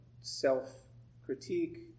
self-critique